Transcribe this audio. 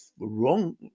wrong